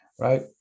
right